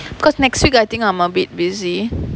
because next week I think I'm a bit busy